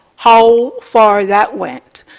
how far that went.